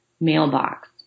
mailbox